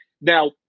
Now